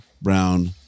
Brown